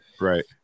Right